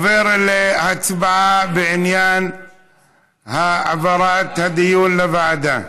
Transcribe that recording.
אני עובר להצבעה בעניין העברת הדיון לוועדה.